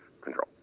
control